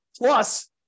Plus